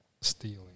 stealing